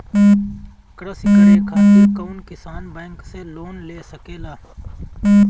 कृषी करे खातिर कउन किसान बैंक से लोन ले सकेला?